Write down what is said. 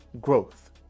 growth